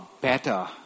better